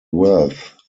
worth